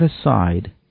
aside